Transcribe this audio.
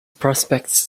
prospects